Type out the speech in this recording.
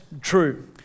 true